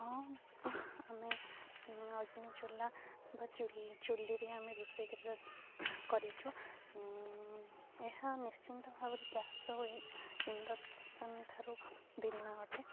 ହଁ ଆମେ ଅଗ୍ନି ଚୁଲା ବା ଚୁଲିରେ ଆମେ ରୋଷେଇ କରିଛୁ ଏହା ନିଶ୍ଚିନ୍ତ ଭାବରେ ଗ୍ୟାସ ହେଉ ଇଣ୍ଡକ୍ସନ ଠାରୁ ଭିନ୍ନ ଅଟେ